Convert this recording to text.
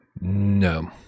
No